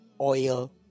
oil